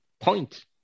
point